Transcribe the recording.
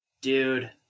Dude